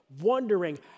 Wondering